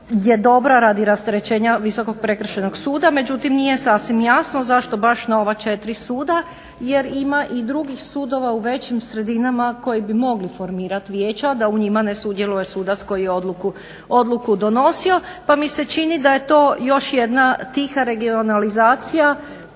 je dobra radi rasterećenja Visokog prekršajnog suda međutim nije sasvim jasno zašto baš na ova 4 suda jer ima i drugih sudova u većim sredinama koji bi mogli formirati vijeća da u njima ne sudjeluje sudac koji je odluku donosio, pa mi se čini da je to još jedna tiha regionalizacija